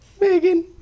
Megan